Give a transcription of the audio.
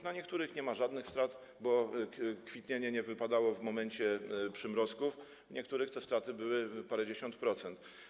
Przy niektórych nie ma żadnych strat, bo kwitnienie nie wypadało w momencie przymrozków, przy niektórych te straty wynosiły parędziesiąt procent.